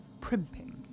primping